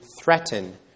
threaten